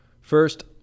First